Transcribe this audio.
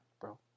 bro